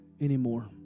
anymore